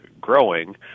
growing